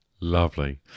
lovely